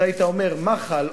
אתה היית אומר: מח"ל,